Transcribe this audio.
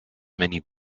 many